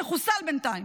שחוסל בינתיים,